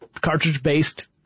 cartridge-based